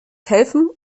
helfen